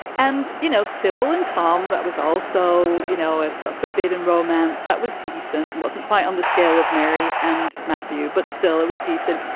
and you know sybil and tom. that was also you know it's a forbidden romance that was decent wasn't quite on the scale of mary and matthew. but still it was decent.